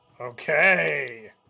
Okay